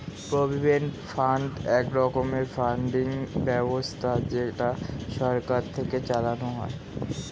provident fund এক রকমের funding ব্যবস্থা যেটা সরকার থেকে চালানো হয়